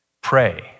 pray